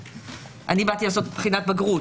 באתי לעשות בחינת בגרות.